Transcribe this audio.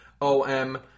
OM